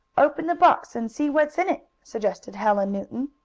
open the box, and see what's in it, suggested helen newton.